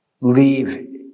leave